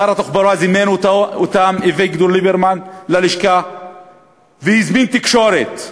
שר התחבורה אביגדור ליברמן זימן אותם ללשכה והזמין תקשורת,